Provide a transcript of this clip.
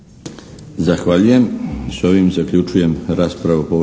Zahvaljujem. S ovim zaključujem raspravu